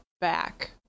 back